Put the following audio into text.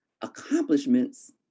accomplishments